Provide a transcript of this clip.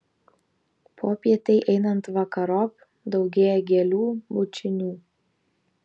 popietei einant vakarop daugėja gėlių bučinių